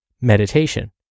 meditation